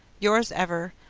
yours ever,